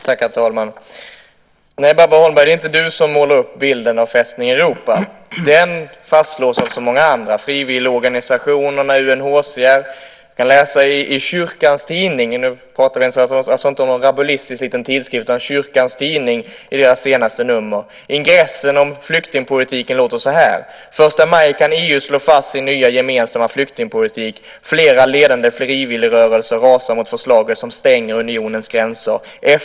Herr talman! Nej, Barbro Holmberg, det är inte du som målar upp bilden av "Fästning Europa". Den fastslås av så många andra, frivilligorganisationerna, UNHCR, och man kan läsa om det i Kyrkans Tidning i det senaste numret. Vi pratar alltså inte om någon rabulistisk liten tidskrift. Ingressen om flyktingpolitiken låter så här: Den 1 maj kan EU slå fast sin nya gemensamma flyktingpolitik. Flera ledande frivilligrörelser rasar mot förslaget som stänger unionens gränser.